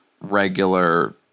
regular